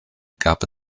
gab